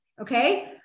okay